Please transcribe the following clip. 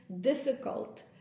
difficult